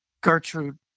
Gertrude